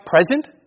present